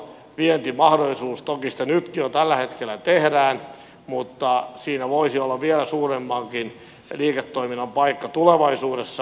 toki sitä nytkin jo tällä hetkellä tehdään mutta siinä voisi olla vielä suuremmankin liiketoiminnan paikka tulevaisuudessa